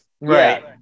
Right